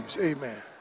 Amen